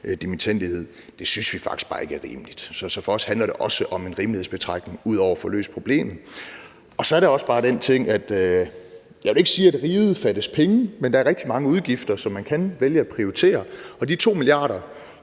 dimittendledighed. Det synes vi faktisk bare ikke er rimeligt, så for os handler det også, ud over at få løst problemet, om en rimelighedsbetragtning. Kl. 14:23 Så jeg vil ikke sige, at riget fattes penge, men der er rigtig mange udgifter, som man kan vælge at prioritere, og de 2 mia. kr.,